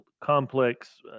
complex